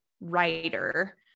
writer